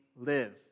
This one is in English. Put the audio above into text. live